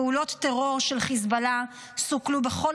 פעולות טרור של חיזבאללה סוכלו בכל